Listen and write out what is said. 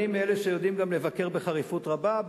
אני מאלה שיודעים גם לבקר בחריפות רבה.